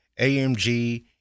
AMG